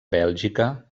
bèlgica